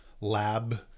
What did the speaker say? lab